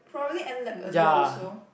probably end lab earlier also